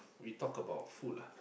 we talk about food lah